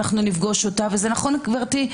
וזה נכון, גברתי.